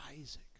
Isaac